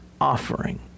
offering